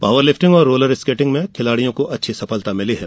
power lifting और roller skating में खिलाड़ियों को अच्छी सफलता मिली है